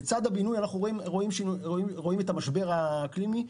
לצד הבינוי, אנחנו רואים משבר אקלימי.